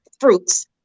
fruits